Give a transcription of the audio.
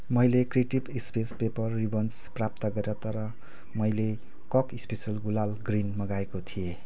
मैले creative space paper ribbons प्राप्त गरेँ तर मैले कक स्पेसल गुलाल ग्रिन मगाएको थिएँ